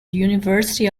university